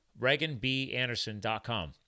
ReaganBAnderson.com